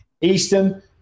Eastern